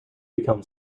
become